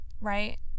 right